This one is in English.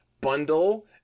Bundle